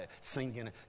singing